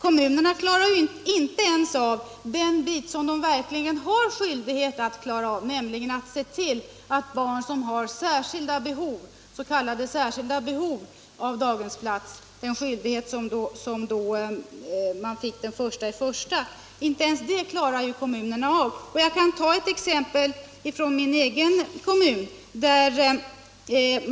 Kommunerna klarar inte ens av det som de verkligen har skyldighet att klara av, nämligen att se till att barn som har s.k. särskilda behov av daghemsplats får en sådan. Denna skyldighet fick kommunerna den I januari. Jag kan ta ett exempel från min egen kommun, Huddinge kommun.